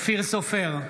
אופיר סופר,